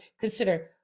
consider